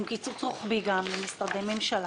עם קיצוץ רוחבי במשרדי ממשלה,